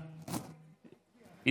אה,